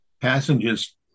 Passengers